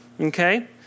okay